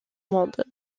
monde